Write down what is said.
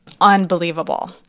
unbelievable